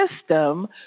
system